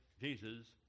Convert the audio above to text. Jesus